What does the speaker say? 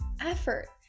Effort